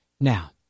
Now